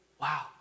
Wow